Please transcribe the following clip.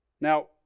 Now